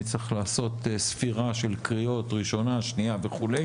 צריך לעשות ספירה של קריאות ראשונה שניה וכו'